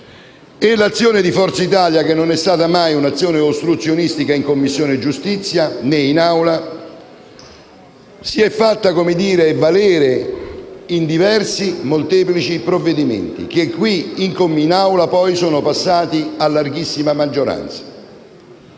L'azione di Forza Italia, che non è mai stata ostruzionistica in Commissione giustizia né in Aula, si è fatta valere in diversi e molteplici provvedimenti che qui in Assemblea sono passati a larghissima maggioranza.